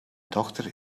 dochter